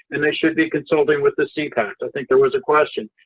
and they should be consulting with the sepacs. i think there was a question,